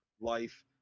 life